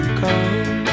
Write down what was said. come